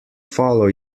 follow